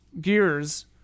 Gears